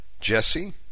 Jesse